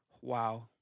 wow